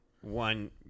one